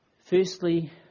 Firstly